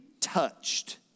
touched